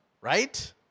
right